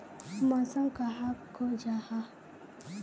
मौसम कहाक को जाहा?